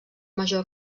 major